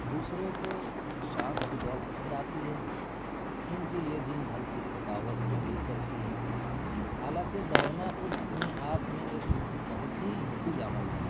دوسروں کو شام کی دوڑ پسند آتی ہے کیونکہ یہ دن بھر کی تھکاوٹ کو دور کرتی ہے حالانکہ دوڑنا خود اپنے آپ میں ایک بہت ہی مفید عمل ہے